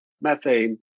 methane